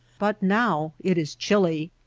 but now it is chilly.